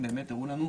הם קיבלו 1.9 מיליון.